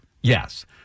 yes